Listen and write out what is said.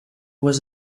was